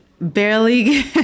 barely